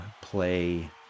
play